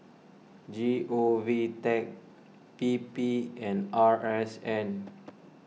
G O V Tech P P and R S N